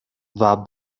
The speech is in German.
war